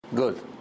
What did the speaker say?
Good